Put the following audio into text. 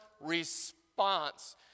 response